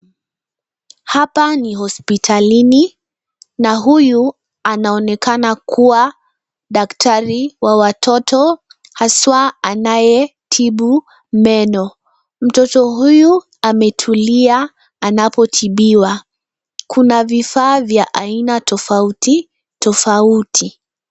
Hapa ni hospitalini na huyu anaoneana kuwa daktari wa watoto, haswa anayetibu meno. Mtoto huyu ametulia anapotibiwa. Kuna vifaa vya aina tofautitofauti.